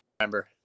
remember